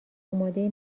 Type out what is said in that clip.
اماده